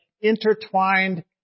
intertwined